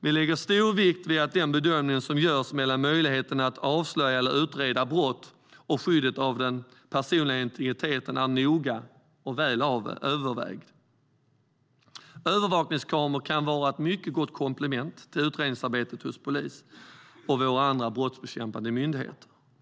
Vi lägger stor vikt vid att den bedömning som görs mellan möjligheten att avslöja eller utreda brott och skyddet av den personliga integriteten är noga och väl övervägd. Övervakningskameror kan vara ett mycket gott komplement till utredningsarbetet hos polisen och våra andra brottsbekämpande myndigheter.